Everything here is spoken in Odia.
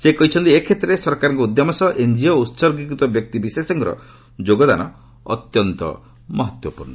ସେ କହିଛନ୍ତି ଏ କ୍ଷେତ୍ରରେ ସରକାରଙ୍କ ଉଦ୍ୟମ ସହ ଏନ୍କିଓ ଓ ଉତ୍ସର୍ଗୀକୃତ ବ୍ୟକ୍ତିବିଶେଷଙ୍କର ଯୋଗଦାନ ଅତ୍ୟନ୍ତ ମହତ୍ୱପୂର୍ଣ୍ଣ